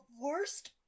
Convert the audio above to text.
worst